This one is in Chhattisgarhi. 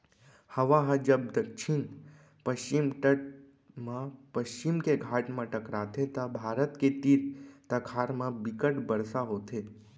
हवा ह जब दक्छिन पस्चिम तट म पस्चिम के घाट म टकराथे त भारत के तीर तखार म बिक्कट बरसा होथे